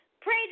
Pray